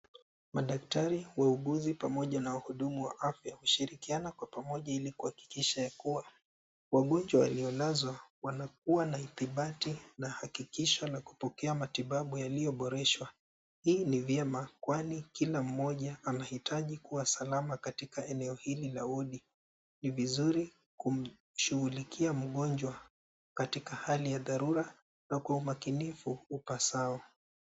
Madaktari, wauguzi pamoja na wahudumu wa afya hushirikiana kwa pamoja ili kuhakikisha ya kuwa wagonjwa waliolazwa wanakuwa na hidhibati na hakikisho la kupokea matibabu yaliyoboreshwa. Hii ni vyema kwani kila mmoja anahitaji kuwa salama katika eneo hili la wodi. Ni vizuri kumshughulikia mgonjwa katika hali ya dharura na kwa umakinifu upasao.